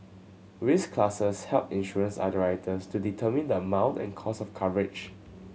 risk classes help insurance underwriters to determine the amount and cost of coverage